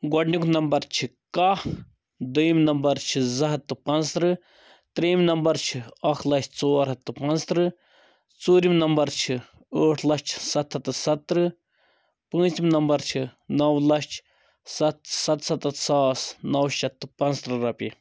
گۄڈنیُک نمبر چھِ کاہ دوٚیِم نمبر چھِ زٕ ہتھ تہٕ پانٛژترٕٛہ تریٚیِم نمبر چھِ اَکھ لچھ ژور ہتھ تہٕ پانٛژترٕٛہ ژوٗرِم نمبر چھِ ٲٹھ لچھ ستھ ہتھ تہٕ سَتترٕٛہ پیٖنٛژِم نمبر چھِ نو لچھ ستھ سَتسَتَتھ ساس نو شتھ تہٕ پانٛژترٕٛہ رۄپیہِ